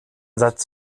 satz